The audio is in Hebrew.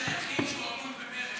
האיש היחיד שהוא הגון במרצ,